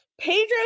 Pedro